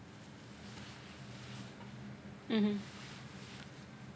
mmhmm